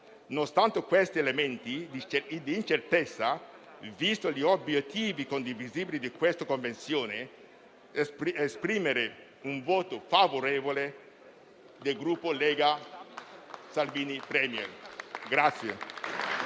Nonostante questi elementi di incertezza, visti gli obiettivi condivisibili di questa Convenzione, esprimo il voto favorevole del Gruppo Lega-Salvini Premier-Partito